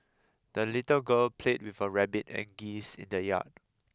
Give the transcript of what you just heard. the little girl played with her rabbit and geese in the yard